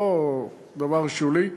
לא דבר שולי.